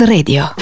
Radio